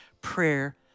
prayer